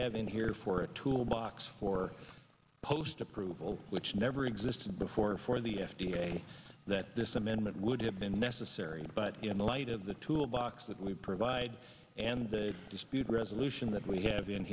been here for a tool box for post approval which never existed before for the f d a that this amendment would have been necessary in light of the tool box that we provide and the dispute resolution that we have in